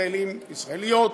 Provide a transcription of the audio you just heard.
ישראלים וישראליות,